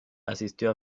asistió